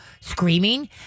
screaming